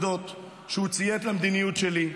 -- אני חייב להודות שהוא ציית למדיניות שלי,